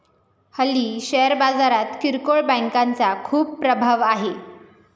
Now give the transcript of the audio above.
हल्ली शेअर बाजारात किरकोळ बँकांचा खूप प्रभाव आहे